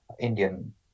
Indian